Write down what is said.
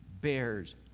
bears